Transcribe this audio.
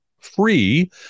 free